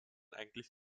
eigentlich